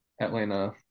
atlanta